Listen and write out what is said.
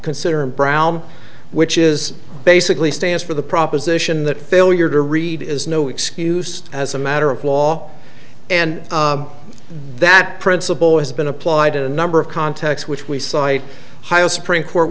consider and brown which is basically stands for the proposition that failure to read is no excuse as a matter of law and that principle has been applied a number of context which we cite high a supreme court